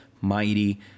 mighty